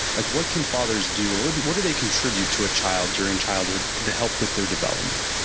like what can fathers do? what what do they contribute to a child during childhood to help with their development?